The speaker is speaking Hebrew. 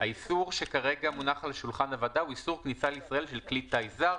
האיסור שמונח על שולחן הוועדה הוא איסור כניסה לישראל של כלי טיס זר,